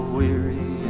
weary